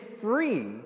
free